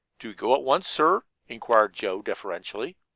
do we go at once, sir? inquired joe deferentially.